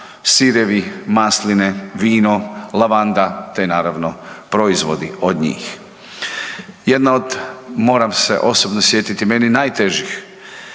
sirevi, masline, vino, lavanda te naravno, proizvodi od njih. Jedna od, moram se osobno sjetiti, meni najtežih